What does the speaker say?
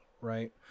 right